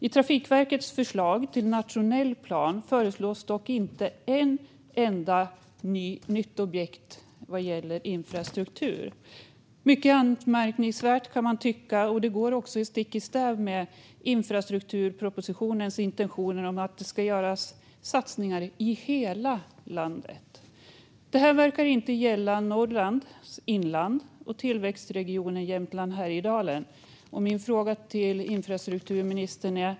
I Trafikverkets förslag till den nationella planen föreslås dock inte ett enda nytt objekt vad gäller infrastruktur. Det kan man tycka är mycket anmärkningsvärt. Det går också stick i stäv med intentionen i infrastrukturpropositionen om att det ska göras satsningar i hela landet. Det verkar inte gälla Norrlands inland och tillväxtregionen Jämtland Härjedalen.